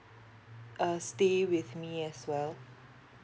uh stay with me as well